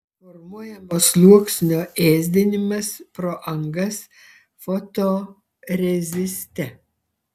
formuojamo sluoksnio ėsdinimas pro angas fotoreziste